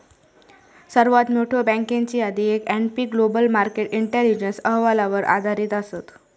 सर्वात मोठयो बँकेची यादी S and P global market intelligence अहवालावर आधारित असत